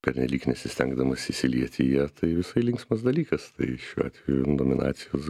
pernelyg nesistengdamas įsilieti į ją tai visai linksmas dalykas tai šiuo atveju nominacijos